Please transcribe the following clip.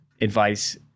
advice